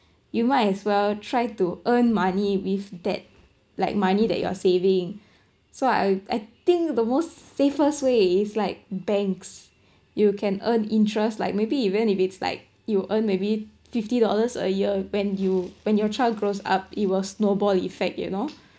you might as well try to earn money with that like money that you are saving so I I think the most safest way is like banks you can earn interest like maybe even if it's like you earn maybe fifty dollars a year when you when your child grows up it will snowball effect you know